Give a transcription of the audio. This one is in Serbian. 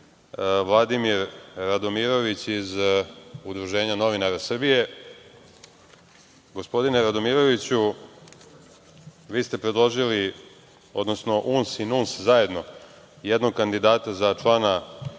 Vladimir Radomirović iz Udruženja novinara Srbije. Gospodine Radomiroviću, vi ste predložili, odnosno UNS i NUNS zajedno jednog kandidata za člana